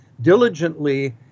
diligently